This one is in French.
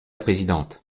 présidente